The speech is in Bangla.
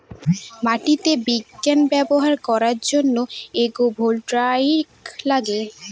মাটিতে বিজ্ঞান ব্যবহার করার জন্য এগ্রো ভোল্টাইক লাগে